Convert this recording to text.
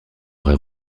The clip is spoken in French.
vrai